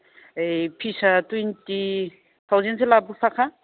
ओइ फिसा थुइनथि टाउजेनसो लाबोफाखा